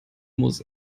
muss